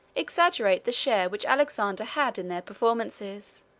exaggerate the share which alexander had in their performances,